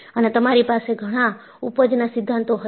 અને તમારી પાસે ઘણા ઊપજ ના સિદ્ધાંતો હતા